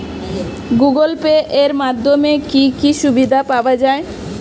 Google Pay এর মাধ্যমে কি কি সুবিধা পাওয়া যায়?